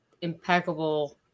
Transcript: impeccable